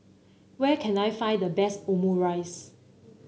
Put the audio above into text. where can I find the best Omurice